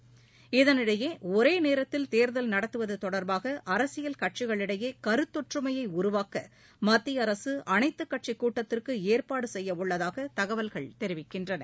இகனிடையே ஒரேநேரத்தில் கேர்கல் நடத்துவதுதொடர்பாகஅரசியல் கட்சிகளிடையேகருத்தொற்றுமையைஉருவாக்கமத்தியஅரசுஅனைத்துக் கட்சிக் கூட்டத்திற்குஏற்பாடுசெய்யவுள்ளதாகதகவல்கள் தெரிவிக்கின்றன